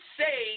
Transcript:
say